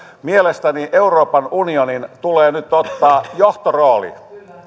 mielestäni euroopan unionin tulee nyt ottaa johtorooli